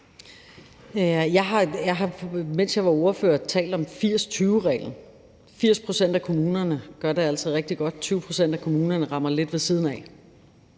Jeg har, mens jeg var ordfører, talt om 80-20-reglen. 80 pct. af kommunerne gør det altid rigtig godt, og 20 pct. af kommunerne rammer lidt ved siden af.